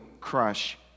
crush